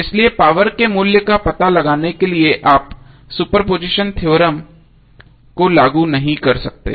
इसलिए पावर के मूल्य का पता लगाने के लिए आप सुपरपोजिशन थ्योरम को लागू नहीं कर सकते हैं